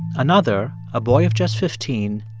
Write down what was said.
another, a boy of just fifteen,